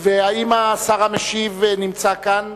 האם השר המשיב נמצא כאן?